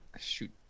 Shoot